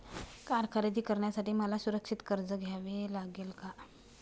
Car खरेदी करण्यासाठी मला सुरक्षित कर्ज घ्यावे लागेल का?